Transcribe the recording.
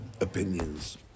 opinions